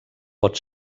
pot